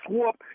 whoop